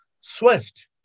SWIFT